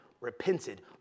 repented